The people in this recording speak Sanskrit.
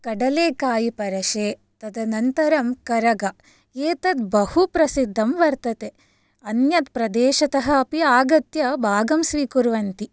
कडलिकायिपरशे तदनन्तरं करगा एतत् बहु प्रसिद्धं वर्तते अन्यत् प्रदेशतः अपि आगत्य भागं स्वीकुर्वन्ति